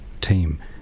team